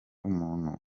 umuntu